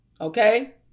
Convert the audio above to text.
Okay